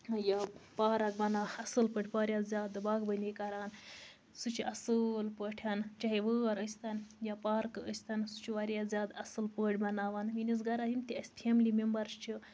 یہِ پارَک بَناوان اَصٕل پٲٹھۍ واریاہ زیادٕ باغبٲنی کران سُہ چھُ اَصٕل پٲٹھۍ چاہے وٲر ٲسۍ تَن یا پارکہٕ ٲسۍ تن سُہ چھُ واریاہ زیادٕ اَصٕل پٲٹھۍ بَناوان میٛانِس گرا یِم تہِ اَسہِ فیملی میٚمبر چھِ